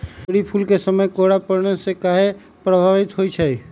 तोरी फुल के समय कोहर पड़ने से काहे पभवित होई छई?